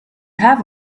have